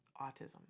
autism